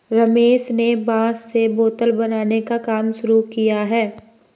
रमेश ने बांस से बोतल बनाने का काम शुरू किया है